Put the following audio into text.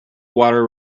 water